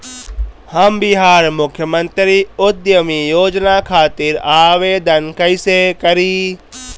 हम बिहार मुख्यमंत्री उद्यमी योजना खातिर आवेदन कईसे करी?